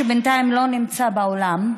שבינתיים לא נמצא באולם,